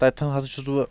تَتٮ۪ن حض چھُس بہٕ